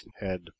head